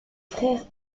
frères